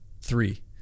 three